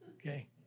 okay